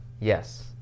yes